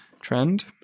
trend